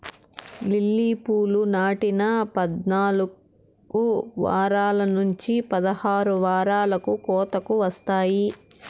lily పూలు నాటిన పద్నాలుకు వారాల నుంచి పదహారు వారాలకు కోతకు వస్తాయి